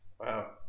Wow